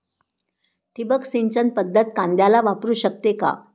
ठिबक सिंचन पद्धत कांद्याला वापरू शकते का?